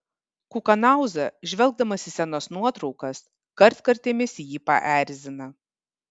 kukanauza žvelgdamas į senas nuotraukas kartkartėmis jį paerzina